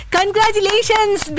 Congratulations